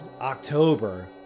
October